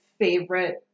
favorite